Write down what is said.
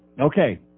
Okay